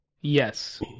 Yes